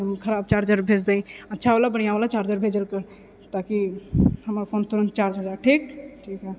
खराब चार्जर भेज दै अच्छा वला बढ़िआँ वला चार्जर भेजल कर ताकि हमर फोन तुरन्त चार्ज हो जाए ठीक ठीक है